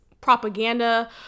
propaganda